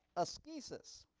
askesis.